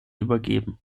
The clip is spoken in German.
übergeben